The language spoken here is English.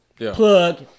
Plug